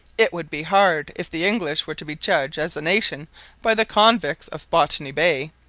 it would be hard if the english were to be judged as a nation by the convicts of botany bay.